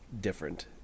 different